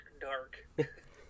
dark